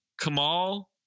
Kamal